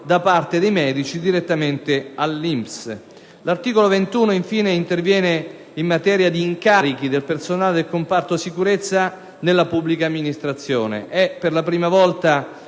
da parte dei medici direttamente all'INPS. L'articolo 21, infine, interviene in materia di incarichi del personale del comparto sicurezza nella pubblica amministrazione, prevedendo per la prima volta